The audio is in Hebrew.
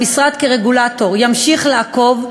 המשרד כרגולטור ימשיך לעקוב,